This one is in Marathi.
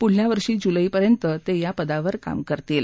पुढच्या वर्षी जुलैपर्यंत ते या पदावर काम करतील